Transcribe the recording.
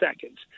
seconds